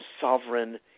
sovereign